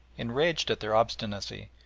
enraged at their obstinacy,